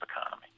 economy